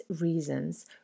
reasons